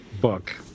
book